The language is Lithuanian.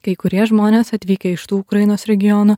kai kurie žmonės atvykę iš tų ukrainos regionų